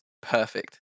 perfect